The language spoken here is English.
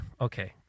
okay